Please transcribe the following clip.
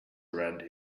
around